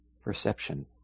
Perception